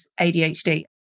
ADHD